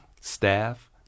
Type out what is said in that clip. staff